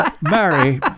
Mary